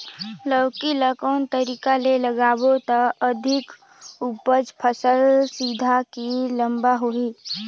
लौकी ल कौन तरीका ले लगाबो त अधिक उपज फल सीधा की लम्बा होही?